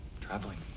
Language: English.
traveling